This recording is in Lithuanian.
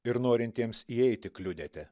ir norintiems įeiti kliudėte